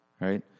Right